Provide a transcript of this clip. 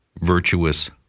virtuous